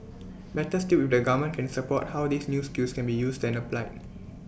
better still if the government can support how these new skills can be used and applied